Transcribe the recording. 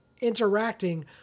interacting